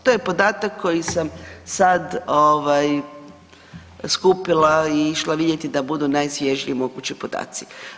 To je podatak koji sam sad ovaj, skupila i išla vidjeti da budu najsvježiji mogući podaci.